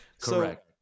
Correct